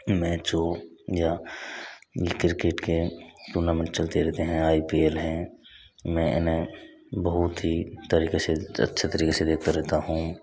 match हो या cricket के टूर्नामेंट चलते रहते हैं आई पी एल हैं मै उन्हे बहुत ही तरीके से अच्छे तरीके से देखता रहता हूँ